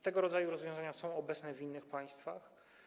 Tego rodzaju rozwiązania są obecne w innych państwach.